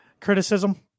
criticism